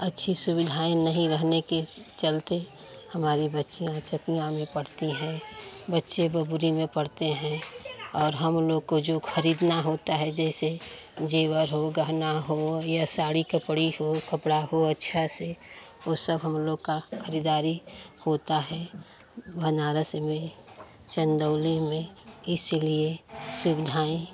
अच्छी सुविधाएं नहीं रहने के चलते हमारी बच्चियाँ चकियाँ में पढ़ती हैं और बच्चे बगुड़ी में पढ़ते हैं और हम लोग को जो खरीदना होता है जैसे जेवर हो गहना हो या साड़ी कपड़ी हो कपड़ा हो अच्छा से ओ सब हम लोग का खरीदारी होता है बनारस में चंदौली में इसीलिए सुविधाएं